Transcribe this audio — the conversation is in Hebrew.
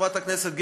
חברת הכנסת גרמן,